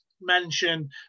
mention